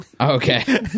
Okay